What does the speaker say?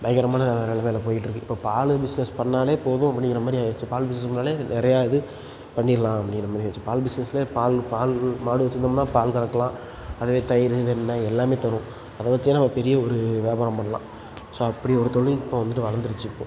பயங்கரமான நெ நிலமைல போய்ட்டு இருக்குது இப்போ பால் பிஸ்னஸ் பண்ணாலே போதும் அப்படிங்கிற மாதிரி ஆயிடுச்சு பால் பிஸுனஸு பண்ணாலே நிறையா இது பண்ணிடலாம் அப்படிங்கிற மாரி ஆயிடுச்சு பால் பிஸ்னஸில் பால் பால் மாடு வெச்சுருந்தோம்னா பால் கறக்கலாம் அதுவே தயிர் வெண்ணெய் எல்லாமே தரும் அதை வெச்சே நம்ம பெரிய ஒரு வியாபாரம் பண்ணலாம் ஸோ அப்படி ஒரு தொழில்நுட்பம் வந்துவிட்டு வளந்துடுச்சு இப்போது